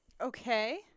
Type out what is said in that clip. Okay